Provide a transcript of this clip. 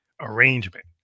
arrangement